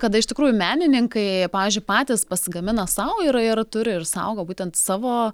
kada iš tikrųjų meninikai pavyzdžiui patys pasigamina sau ir ir turi ir saugo būtent savo